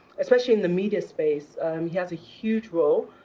especially in the media space, he has a huge role.